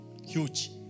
Huge